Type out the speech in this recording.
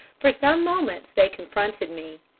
for some moments they confronted me,